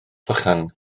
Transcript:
vychan